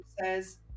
says